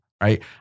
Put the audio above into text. right